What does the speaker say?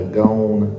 gone